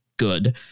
good